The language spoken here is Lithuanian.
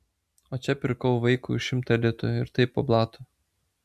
o čia pirkau vaikui už šimtą litų ir tai po blatu